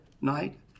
night